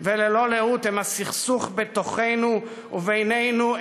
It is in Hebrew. וללא לאות הם הסכסוך בתוכנו ובינינו,